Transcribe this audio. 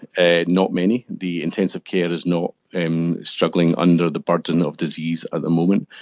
ah not many. the intensive care is not and struggling under the burden of disease at the moment,